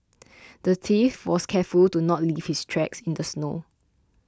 the thief was careful to not leave his tracks in the snow